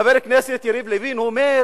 מחבר הכנסת יריב לוין, הוא אומר